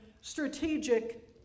strategic